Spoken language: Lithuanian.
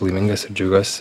laimingas ir džiaugiuosi